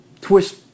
twist